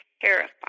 terrified